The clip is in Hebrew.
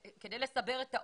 רק כדי לסבר את האוזן,